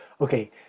okay